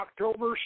October